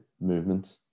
movement